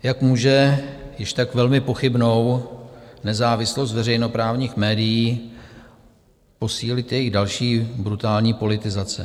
Jak může již tak velmi pochybnou nezávislost veřejnoprávních médií posílit jejich další brutální politizace?